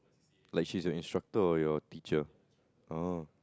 like she's your instructor or your teacher orh